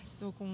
Donc